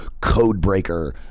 Codebreaker